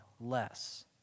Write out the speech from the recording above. less